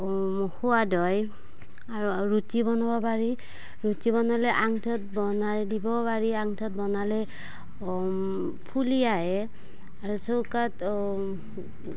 সোৱাদ হয় আৰু ৰুটী বনাব পাৰি ৰুটী বনালে অঙঠাত বনাই দিব পাৰি অঙঠাত বনালে ফুলি আহে আৰু চৌকাত